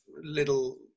little